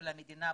של המדינה,